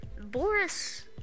Boris